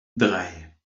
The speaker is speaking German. drei